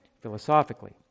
philosophically